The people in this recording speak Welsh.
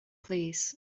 plîs